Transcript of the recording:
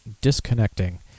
disconnecting